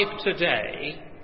today